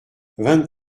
vingt